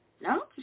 no